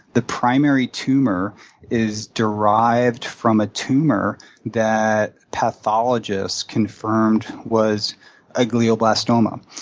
the primary tumor is derived from a tumor that pathologists confirmed was a glioblastoma.